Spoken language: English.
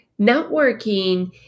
Networking